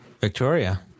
Victoria